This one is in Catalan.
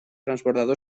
transbordador